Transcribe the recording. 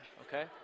okay